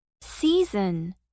season